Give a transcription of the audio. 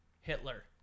Hitler